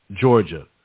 Georgia